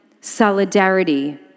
solidarity